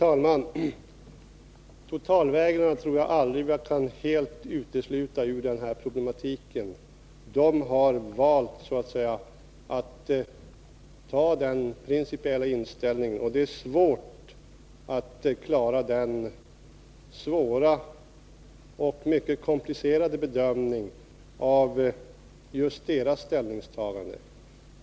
Herr talman! Jag tror aldrig att vi helt kan utesluta totalvägrarna ur den här problematiken. De har gjort sitt val och har sin principiella inställning. Det är mycket svårt och komplicerat att göra en bedömning av deras ställningstagande.